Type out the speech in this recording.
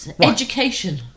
Education